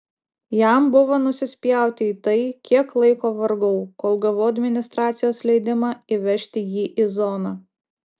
jam buvo nusispjauti į tai kiek laiko vargau kol gavau administracijos leidimą įvežti jį į zoną